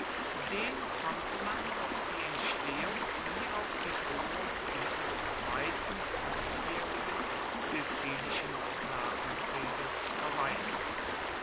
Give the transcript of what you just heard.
den konnte man auf die entstehung wie auf die führung dieses zweiten fünfjährigen sizilischen sklavenkrieges verweisen